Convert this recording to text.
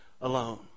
alone